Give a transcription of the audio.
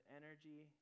energy